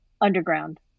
underground